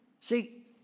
See